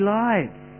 lives